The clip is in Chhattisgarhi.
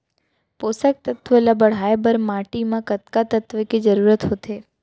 पोसक तत्व ला बढ़ाये बर माटी म कतका तत्व के जरूरत होथे?